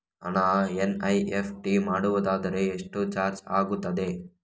ಹಣ ಎನ್.ಇ.ಎಫ್.ಟಿ ಮಾಡುವುದಾದರೆ ಎಷ್ಟು ಚಾರ್ಜ್ ಆಗುತ್ತದೆ?